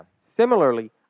Similarly